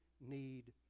need